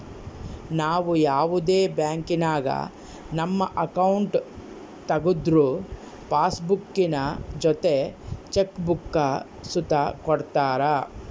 ನಾವು ಯಾವುದೇ ಬ್ಯಾಂಕಿನಾಗ ನಮ್ಮ ಅಕೌಂಟ್ ತಗುದ್ರು ಪಾಸ್ಬುಕ್ಕಿನ ಜೊತೆ ಚೆಕ್ ಬುಕ್ಕ ಸುತ ಕೊಡ್ತರ